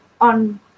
on